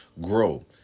grow